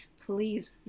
please